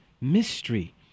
mystery